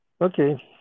Okay